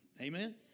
Amen